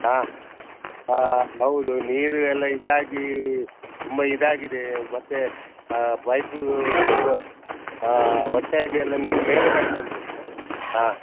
ಹಾಂ ಹಾಂ ಹೌದು ನೀರು ಎಲ್ಲ ಇದಾಗಿ ತುಂಬ ಇದಾಗಿದೆ ಮತ್ತು ಪೈಪೂ ಇದು ಒಟ್ಟೆಯಾಗಿ ಎಲ್ಲ ನೀರು ಮೇಲೆ ಬರ್ತಾ ಉಂಟು ಹಾಂ